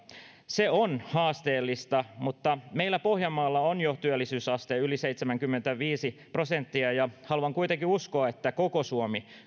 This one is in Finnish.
se on haasteellista mutta meillä pohjanmaalla on jo työllisyysaste yli seitsemänkymmentäviisi prosenttia ja haluan kuitenkin uskoa että koko suomi